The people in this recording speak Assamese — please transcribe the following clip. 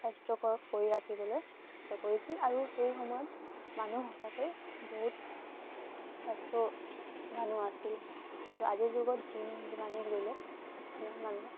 স্বাস্থ্যকৰ কৰি ৰাখিবলৈ কষ্ট কৰিছিল আৰু সেই সময়ত মানুহ সঁচাকৈ বহুত স্বাস্থ্যবানো আছিলে কিন্তু আজি যুগত জীম যিমানে গৈ লওক সিমানে মানুহৰ